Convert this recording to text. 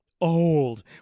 old